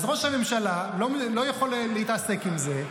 אז ראש הממשלה לא יכול להתעסק עם זה.